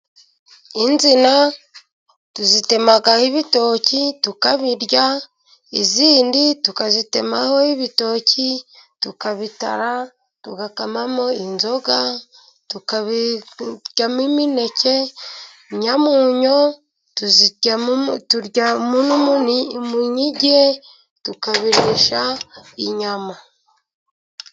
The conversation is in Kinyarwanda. Insina tuzitemaho ibitoki tukabirya, izindi tukazitemaho ibitoki tukabitara tugakamamo inzoga, tukabiryamo imineke, inyamunyo tuzirya turyamo umunyige, tukabirisha inyama.